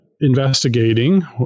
investigating